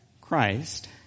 Christ